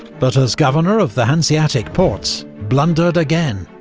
but as governor of the hanseatic ports, blundered again,